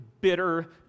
bitter